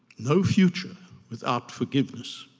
no future without forgiveness.